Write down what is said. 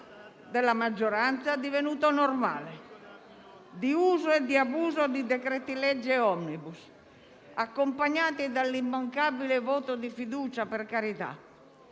della maggioranza, divenuta normale, di uso e abuso di decreti-legge *omnibus* (accompagnati dall'immancabile voto di fiducia, per carità).